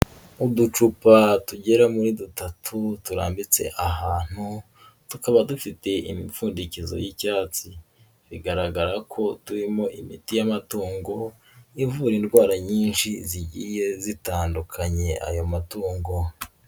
Uducupa tugera muri dutatu turambitse ahantu, tutaba dufite imipfundikizo y'icyatsi, bigaragara ko turimo imiti y'amatungo ivura indwara nyinshi zigiye zitandukanye ayo matungo.